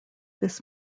this